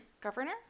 Governor